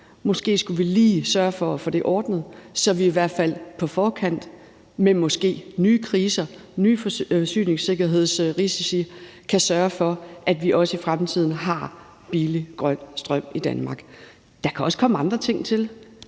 måske skulle vi lige sørge for at få det ordnet, så vi i hvert fald på forkant med måske nye kriser, nye forsyningssikkerhedsrisici kan sørge for, at vi også i fremtiden har billig grøn strøm i Danmark. Der kan også komme andre ting til,